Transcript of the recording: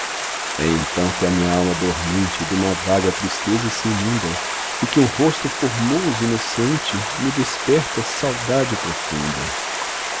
então que a minha alma dormente duma vaga tristeza se inunda e que um rosto formoso inocente me desperta saudade profunda